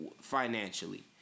financially